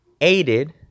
aided